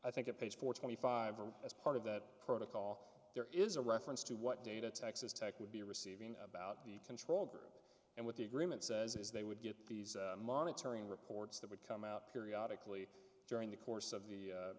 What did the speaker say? i think a page for twenty five or as part of that protocol there is a reference to what data texas tech would be receiving about the control group and what the agreement says is they would get these monitoring reports that would come out periodic lee during the course of the per